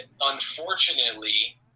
unfortunately